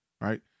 Right